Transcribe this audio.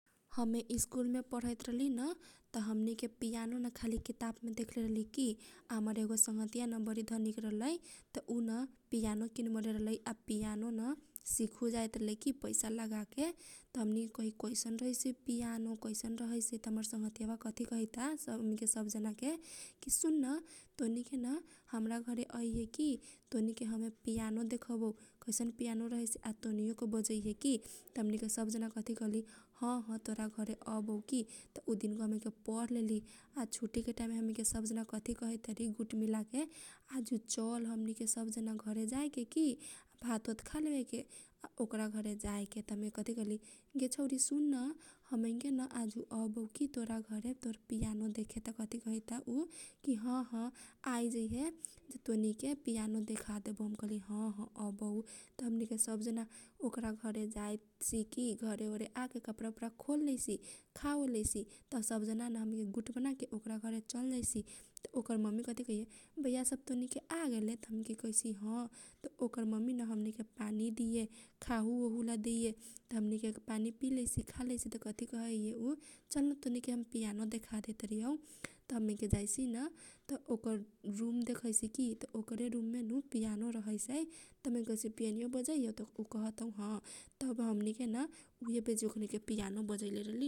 हमे स्कूल मे पढाइ त रहली न त हमनी के पियानो न खाली किताब मे देखले रहली की। आ हमर यगो संगतिया बरी धनिक रहलइ। त उ न पियानो किन बैले रहलइ आ पियानो न सिखो जाइत रहलै कि पैसा लगाके। त हमनी के कथी केसन रहैसै पियानो केसैन रहैसै त हमर संगघतीया बा कथी कहैता हमनी के सब जना के जे सुनन तोनीकेन हमरा घरे अहिए की तोनीके हमे पियानो देखबौ। कैसन पियानो रहैसै। तोनीयो के बजैहे की त हमनी के सब जना कथी कहली हह तोरा घरे अबौ की। त उ दिनका बान हमनी के पढ लेली आ छुट्टी के टाइम मे हमनी के सब जना कथी कहै तारी गुट मिलाके आजु चल हमनी के सब जना घरे जाएके की। आ भात ओत खालेबे आ ओकरा घरे जाएके त हमनी के कथी कहली। गे छौरी सुन हमैनकेन आजु आबो की तोरा घरे पियानो देखे त कथी कहइता उ जे हह आइजैहे जे तोनीके पियानो देखा देबौ। त हम कहली हह अबौ त हमनी के सब जना ओकरा घरे जाएके की। त घरे आके कपडा ओपडा खोललेइसी खा वो लेइसी त सब जना न‌ हमनी के गुट मिलाके ओकरा घरे चल जाइ सी। त ओकर ममी कथी कहैए बैया सब तोनीके आगेले त हमनी के कहैसी ह । त ओकर ममी न हमनी के पानी दिए खाहु ओहुला दिए। त हमनी के पानी पिलेइसी खालैसी त हमनी के कथी कहैए उ । चल तोनीके हम पियानो देखा देइतारीऔ। त हमनी के जाइसी न त ओकर रूम देखैसी ओकरे रूममे न पियानो रहैसै। त हमनी के कहैसी पियानो बजैऔ त उ कहतौ ह । तब हमनी के न उहे बेजी पियानो बजैले रहली।